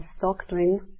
doctrine